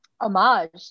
homage